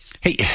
hey